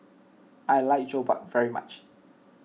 I like Jokbal very much